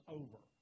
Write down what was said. over